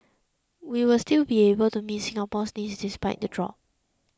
we will still be able to meet Singapore's needs despite the drop